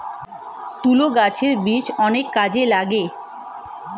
তুলো গাছের বীজ অনেক কাজে লাগে